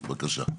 בבקשה.